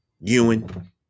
Ewan